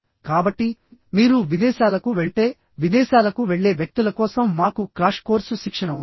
కాబట్టిమీరు విదేశాలకు వెళ్తే విదేశాలకు వెళ్లే వ్యక్తుల కోసం మాకు క్రాష్ కోర్సు శిక్షణ ఉంది